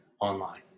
online